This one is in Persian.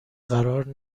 قرار